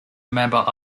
member